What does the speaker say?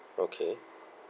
okay